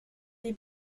die